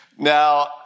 Now